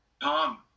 Tom